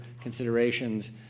considerations